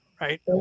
Right